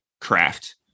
craft